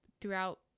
throughout